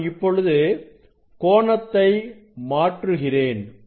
நான் இப்பொழுது கோணத்தை மாற்றுகிறேன்